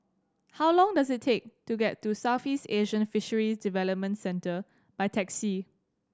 how long does it take to get to Southeast Asian Fisheries Development Centre by taxi